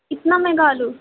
اتنا مہنگا آلو